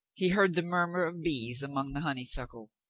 he heard the murmur of bees among the honeysuckle.